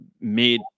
made